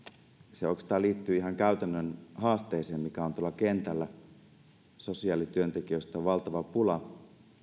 se oikeastaan liittyy ihan käytännön haasteeseen mikä on tuolla kentällä sosiaalityöntekijöistä on valtava pula